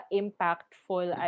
impactful